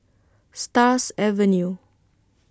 Stars Avenue